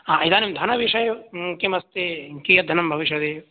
हा इदानीं धनविषये किमस्ति कियद्धनं भविष्यति